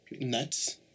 nuts